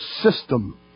system